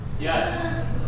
Yes